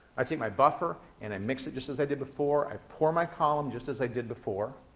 i take my buffer, and i mix it just as i did before. i pour my column just as i did before.